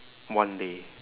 one day